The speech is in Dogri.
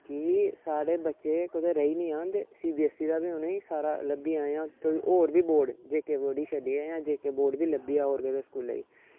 कि साढ़े बच्चे कुदै रेही नी जान ते सी बी एस ई दा बी उ'नें गी सारा लब्भी जा जां कोई होर बी बोर्ड जे के बोर्ड गी छड्डियै जां जे के बोर्ड बी लब्भी जां होर कुदै स्कूलें च